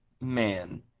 man